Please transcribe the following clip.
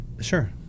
sure